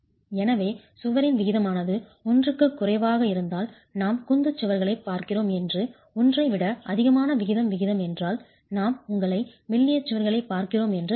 எனவே சுவரின் விகிதமானது ஒன்றுக்குக் குறைவாக இருந்தால் நாம் குந்து சுவர்களைப் பார்க்கிறோம் என்றும் 1 ஐ விட அதிகமான விகித விகிதம் என்றால் நாம் உங்களை மெல்லிய சுவர்களைப் பார்க்கிறோம் என்று அர்த்தம்